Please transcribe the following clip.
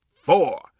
four